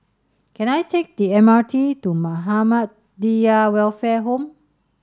can I take the M R T to Muhammadiyah Welfare Home